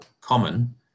common